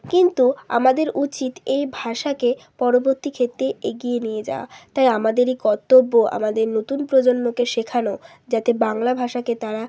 কিন্তু আমাদের উচিত এই ভাষাকে পরবর্তী ক্ষেত্রে এগিয়ে নিয়ে যাওয়া তাই আমাদেরই কর্তব্য আমাদের নতুন প্রজন্মকে শেখানো যাতে বাংলা ভাষাকে তারা